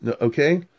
Okay